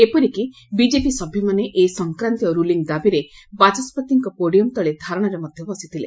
ଏପରିକି ବିଜେପି ସଭ୍ୟମାନେ ଏ ସଂକ୍ରାନ୍ତୀୟ ରୁଲିଂ ଦାବିରେ ବାଚସତିଙ୍ ପୋଡିୟମ୍ ଧାରଣାରେ ମଧ୍ୟ ବସିଥିଲେ